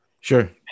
sure